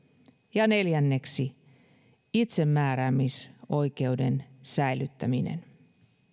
ja neljänneksi itsemääräämisoikeuden säilyttäminen